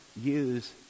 use